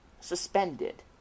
suspended